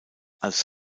als